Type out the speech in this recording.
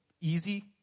easy